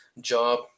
job